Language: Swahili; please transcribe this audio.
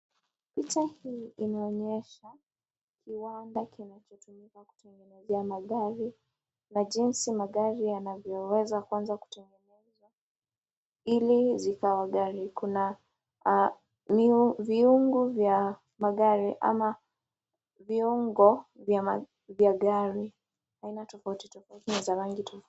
Picha hii inaonyesha kiwanda kinachotumika kutengenezea magari na jinsi magari yanavyoweza kuanza kutengenezwa ili zikawa gari. Kuna viungu vya magari ama viungo vya gari aina tofauti tofauti na za rangi tofauti.